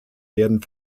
werden